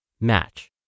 match